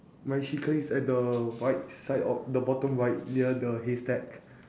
my chicken is at the right side of the bottom right near the haystack